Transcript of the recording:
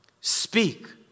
speak